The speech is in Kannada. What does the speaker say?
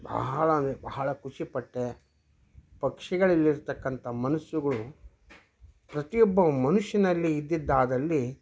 ಬಹಳ ಅಂದರೆ ಬಹಳ ಖುಷಿ ಪಟ್ಟೆ ಪಕ್ಷಿಗಳಲ್ಲಿರ್ತಕ್ಕಂತ ಮನಸ್ಸುಗಳು ಪ್ರತಿಯೊಬ್ಬ ಮನುಷ್ಯನಲ್ಲಿ ಇದ್ದಿದ್ದಾದಲ್ಲಿ